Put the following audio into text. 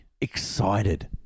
Excited